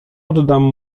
oddam